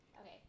Okay